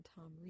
Tom